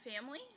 family